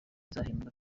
bahembwe